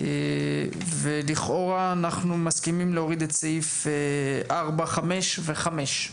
לכאורה אנחנו מסכימים להוריד את סעיף 4.5 ו-5,